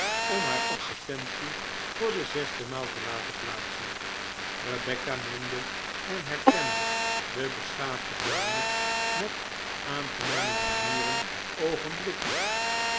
om haar advertentie voor de zesde maal te laten plaatsen rebecca mende en herkende de beschaafde dame met aangename manieren